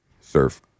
Surf